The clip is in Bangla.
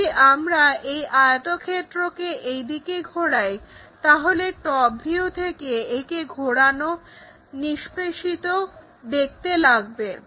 যদি আমরা এই আয়তক্ষেত্রকে এইদিকে ঘোরাই তাহলে টপ ভিউ থেকে একে ঘোরানো নিষ্পেষিত দেখতে লাগবে